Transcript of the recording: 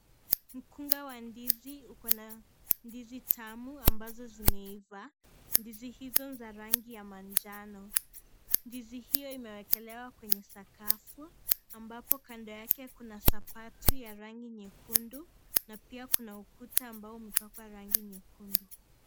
Mkunga wa ndizi uko na, ndizi tamu ambazo zimeiva, ndizi hizo ni za rangi ya manjano, ndizi hio imeekelewa kwenye sakafu, ambapo kando yake kuna sapatu ya rangi nyekundu, na pia kuna ukuta ambao umepakwa rangi nyekundu.